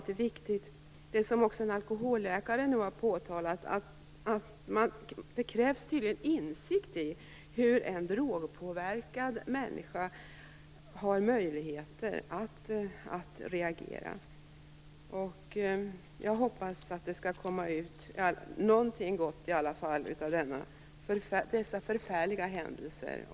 Det krävs också, som en alkoholläkare nu har påtalat, insikt i hur en drogpåverkad människa har möjligheter att reagera. Jag hoppas att det skall komma ut i varje fall någonting gott av dessa förfärliga händelser.